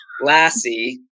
Lassie